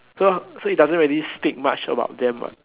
so so it doesn't really speak much about them what